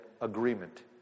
Agreement